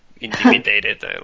intimidated